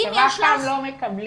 אתם אף פעם לא מקבלים.